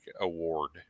Award